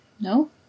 No